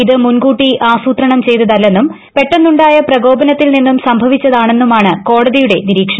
ഇത് മുൻകൂട്ടി ആസൂത്രണം ചെയ്തതല്ലെന്നും പെട്ടെന്നുണ്ടായ പ്രകോപനത്തിൽ നിന്നും സംഭവിച്ചതാണെന്നുമാണ് കോടതിയുടെ നിരീക്ഷണം